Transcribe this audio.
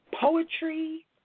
Poetry